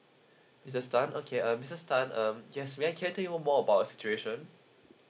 mrs tan okay um mrs tan uh yes may I cater more about situation